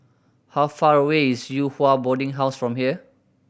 how far away is Yew Hua Boarding House from here